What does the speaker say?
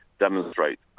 demonstrate